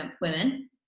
women